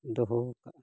ᱫᱚᱦᱚ ᱠᱟᱫᱼᱟ